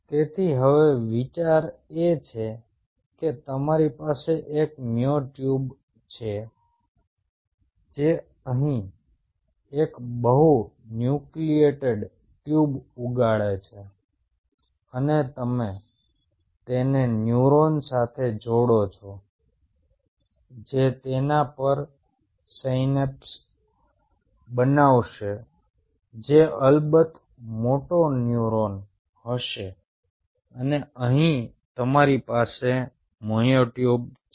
તેથી હવે વિચાર એ છે કે તમારી પાસે એક મ્યોટ્યુબ છે જે અહીં એક બહુ ન્યુન્ક્લિએટેડ ટ્યુબ ઉગાડે છે અને તમે તેને ન્યુરોન સાથે જોડો છો જે તેના પર સિનેપ્સ બનાવશે જે અલબત્ત મોટો ન્યુરોન હશે અને અહીં તમારી પાસે મ્યોટ્યુબ છે